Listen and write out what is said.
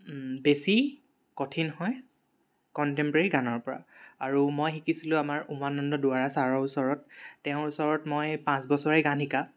বেছি কঠিন হয় কণ্টেম্প'ৰেৰী গানৰ পৰা আৰু মই শিকিছিলো আমাৰ উমানন্দ দুৱৰা ছাৰৰ ওচৰত তেওঁৰ ওচৰত মই পাঁচ বছৰে গান শিকা